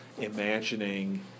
imagining